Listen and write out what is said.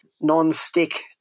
non-stick